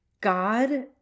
God